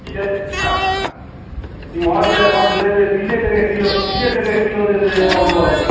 एमहर तऽ एखन दैत रहै तिसे टके किलो तिसे टके किलो दैत रहै परवल